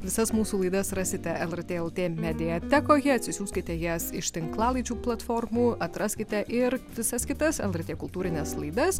visas mūsų laidas rasite lrt lt mediatekoje atsisiųskite jas iš tinklalaidžių platformų atraskite ir visas kitas lrt kultūrines laidas